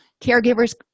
caregivers